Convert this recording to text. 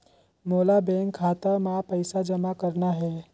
मोला बैंक खाता मां पइसा जमा करना हे?